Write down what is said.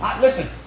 Listen